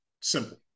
Simple